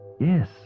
Yes